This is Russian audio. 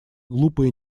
глупые